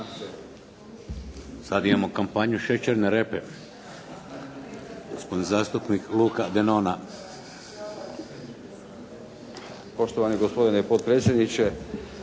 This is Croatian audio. Sad imamo kampanju šećerne repe. Gospodin zastupnik Luka Denona. **Denona, Luka (SDP)** Poštovani gospodine potpredsjedniče.